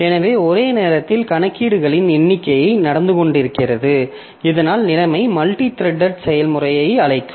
எனவே ஒரே நேரத்தில் கணக்கீடுகளின் எண்ணிக்கை நடந்து கொண்டிருக்கிறது இதனால் நிலைமை மல்டித்ரெட்டட் செயல்முறையை அழைக்கும்